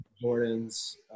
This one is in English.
Jordan's